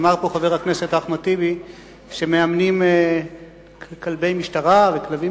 אמר פה חבר הכנסת אחמד טיבי שמאמנים כלבי משטרה וכלבים